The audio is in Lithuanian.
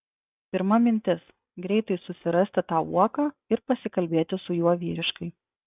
pirma mintis greitai susirasti tą uoką ir pasikalbėti su juo vyriškai